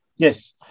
Yes